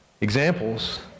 examples